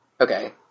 Okay